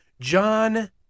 John